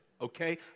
okay